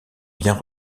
bien